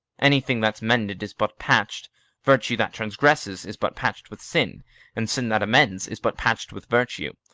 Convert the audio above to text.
any thing that's mended is but patch'd virtue that transgresses is but patch'd with sin and sin that amends is but patch'd with virtue.